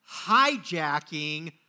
hijacking